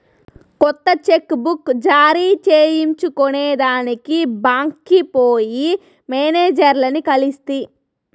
కొత్త cheque book జారీ చేయించుకొనేదానికి బాంక్కి పోయి మేనేజర్లని కలిస్తి